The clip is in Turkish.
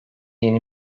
yeni